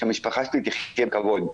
שהמשפחה שלי תחיה בכבוד.